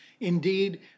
Indeed